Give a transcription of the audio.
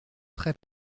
très